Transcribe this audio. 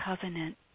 covenant